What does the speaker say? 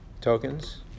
Tokens